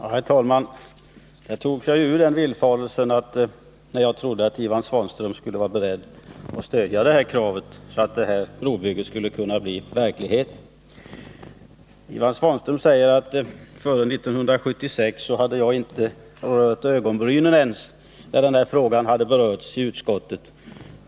Herr talman! Nu togs jag ur villfarelsen att Ivan Svanström skulle vara beredd att stödja det här kravet, så att detta brobygge skulle kunna bli verklighet. Ivan Svanström säger att jag före 1976 inte ens höjde ögonbrynen när denna fråga behandlades i utskottet.